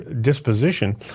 disposition